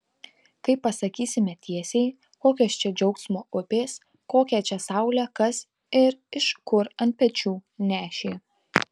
kai pasakysime tiesiai kokios čia džiaugsmo upės kokią čia saulę kas ir iš kur ant pečių nešė